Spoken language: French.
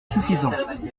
suffisant